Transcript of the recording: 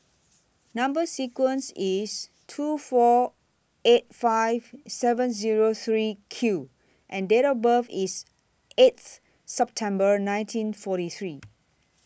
Number sequence IS two four eight five seven Zero three Q and Date of birth IS eighth September nineteen forty three